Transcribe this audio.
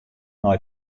nei